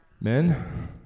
Men